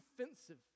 offensive